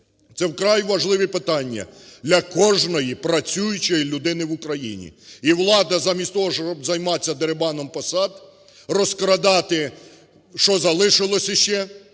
Це вкрай важливі питання для кожної працюючої людини в Україні. І влада замість того, щоб займатисьдерибаном посад, розкрадати, що залишилось ще,